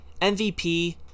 MVP